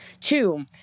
two